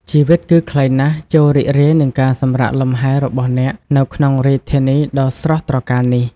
ជីវិតគឺខ្លីណាស់ ចូររីករាយនឹងការសម្រាកលំហែ របស់អ្នកនៅក្នុងរាជធានីដ៏ស្រស់ត្រកាលនេះ។